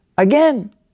again